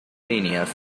líneas